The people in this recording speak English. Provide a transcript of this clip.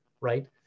right